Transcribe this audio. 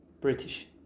British